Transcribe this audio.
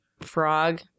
frog